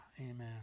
amen